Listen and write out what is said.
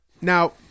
Now